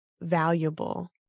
valuable